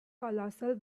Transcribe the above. colossal